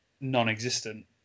non-existent